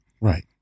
Right